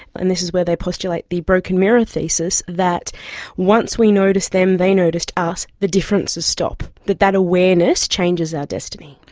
and this is where they postulate the broken mirror thesis, that once we noticed them and they noticed us, the differences stop, that that awareness changes our destiny.